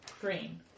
Green